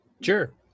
Sure